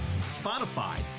Spotify